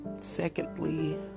Secondly